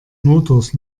motors